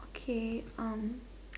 okay um